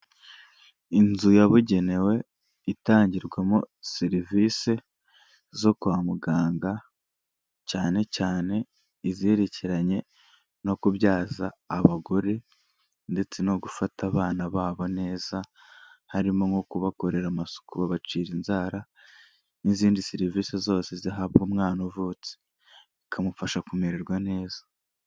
Inzu yabugenewe, itangirwamo serivisi zo kwa muganga, cyane cyane izerekeranye no kubyaza abagore, ndetse no gufata abana babo neza, harimo nko kubakorera amasuku babacira inzara, n'izindi serivisi zose zihabwa umwana uvutse, bikamufasha kumererwa neza.